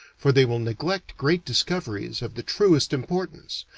for they will neglect great discoveries of the truest importance,